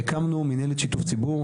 והקמנו מינהלת שיתוף ציבור,